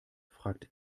fragt